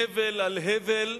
הבל על הבל,